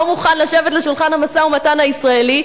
לא מוכן לשבת לשולחן המשא-ומתן הישראלי,